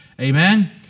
amen